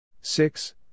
six